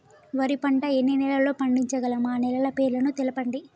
వరి పంట ఎన్ని నెలల్లో పండించగలం ఆ నెలల పేర్లను తెలుపండి?